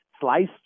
sliced